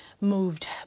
Moved